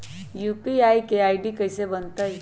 UPI के ID कैसे बनतई?